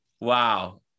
wow